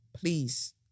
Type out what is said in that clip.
Please